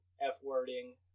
F-wording